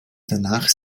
danach